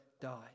die